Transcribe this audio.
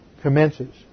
commences